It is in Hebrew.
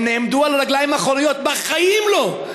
הם נעמדו על רגליים אחוריות: בחיים לא.